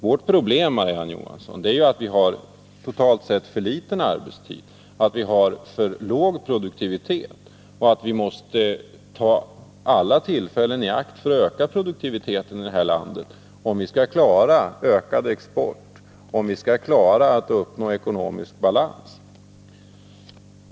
Vårt problem, Marie-Ann Johansson, är ju att vi totalt sett har för kort arbetstid och att vi har för låg produktivitet i landet och att vi därför måste ta alla tillfällen i akt för att öka produktiviteten, om vi skall klara att öka exporten och uppnå ekonomisk balans.